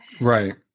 right